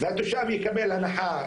והתושב יקבל הנחה,